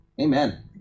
Amen